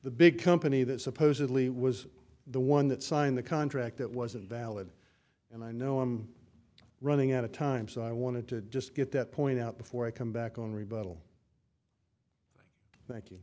the big company that supposedly was the one that signed the contract that was invalid and i know i'm running out of time so i wanted to just get that point out before i come back on rebuttal